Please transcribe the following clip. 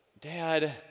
Dad